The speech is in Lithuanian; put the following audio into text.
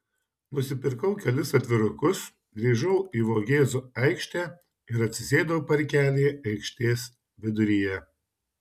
nusipirkau kelis atvirukus grįžau į vogėzų aikštę ir atsisėdau parkelyje aikštės viduryje